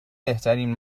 بهترین